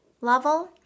level